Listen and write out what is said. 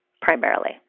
primarily